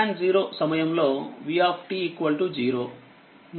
t 0 సమయంలో v 0